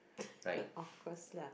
of course lah